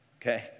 Okay